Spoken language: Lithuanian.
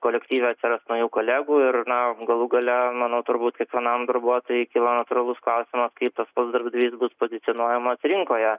kolektyvas yra aštuonių kolegų ir na galų gale manau turbūt kiekvienam darbuotojui kilo natūralus klausimas kaip darbdavys bus pozicionuojamas rinkoje